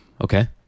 Okay